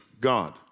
God